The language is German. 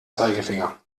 zeigefinger